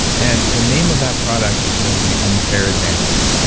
and the name of that product was going to be unfair advantage,